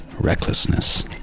Recklessness